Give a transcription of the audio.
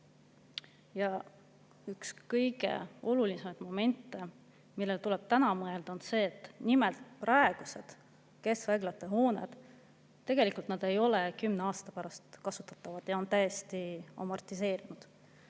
Ja üks kõige olulisemaid momente, millele tuleb täna mõelda, on see, et nimelt, praegused keskhaiglate hooned ei ole tegelikult kümne aasta pärast enam kasutatavad, need on täiesti amortiseerunud.